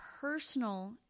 personal